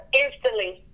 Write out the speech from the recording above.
instantly